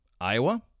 Iowa